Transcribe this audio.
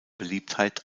beliebtheit